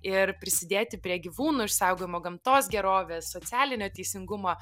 ir prisidėti prie gyvūnų išsaugojimo gamtos gerovės socialinio teisingumo